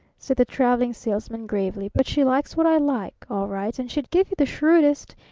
said the traveling salesman gravely, but she likes what i like all right and she'd give you the shrewdest,